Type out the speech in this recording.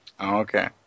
Okay